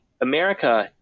America